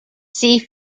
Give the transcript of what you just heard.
sea